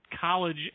college